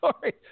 Sorry